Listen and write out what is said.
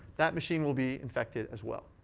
that machine will be infected as well.